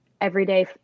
everyday